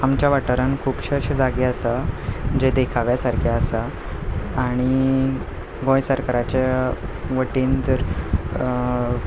आमच्या वाठारांत खुबशे अशे जागे आसा जे देखाव्या सारके आसा आनी गोंय सरकाराच्या वतीन जर